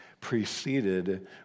preceded